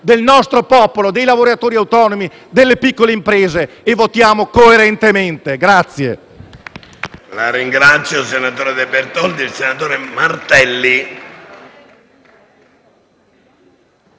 del nostro popolo, dei lavoratori autonomi, delle piccole imprese e votiamo coerentemente.